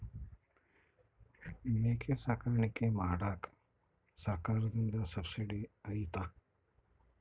ಮೇಕೆ ಸಾಕಾಣಿಕೆ ಮಾಡಾಕ ಸರ್ಕಾರದಿಂದ ಸಬ್ಸಿಡಿ ಐತಾ?